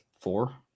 Four